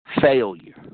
failure